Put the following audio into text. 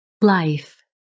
Life